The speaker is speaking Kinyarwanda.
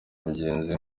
mugenzi